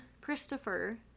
Christopher